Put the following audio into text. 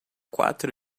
quatro